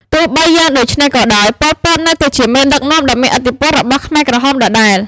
ទោះបីយ៉ាងដូច្នេះក៏ដោយ ប៉ុល ពត នៅតែជាមេដឹកនាំដ៏មានឥទ្ធិពលរបស់ខ្មែរក្រហមដដែល។